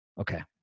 Okay